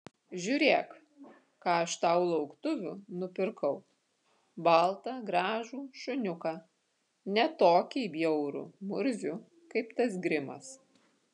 žiūrėk ką aš tau lauktuvių nupirkau baltą gražų šuniuką ne tokį bjaurų murzių kaip tas grimas